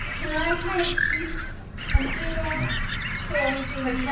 can i kind of keep an ear out for anything